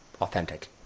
authentic